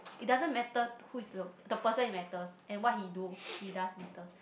it doesn't matter who is the person it matters and what he do he does matters